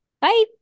Bye